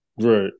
Right